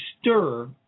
stir